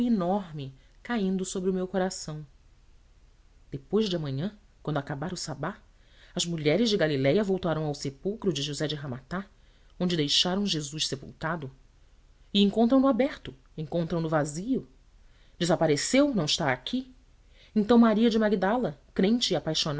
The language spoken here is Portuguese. enorme caindo sobre o meu coração depois de amanhã quando acabar o sabá as mulheres de galiléia voltarão ao sepulcro de josé de ramata onde deixaram jesus sepultado e encontram no aberto encontram no vazio desapareceu não está aqui então maria de magdala crente